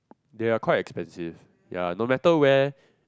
they are quite expensive ya no matter where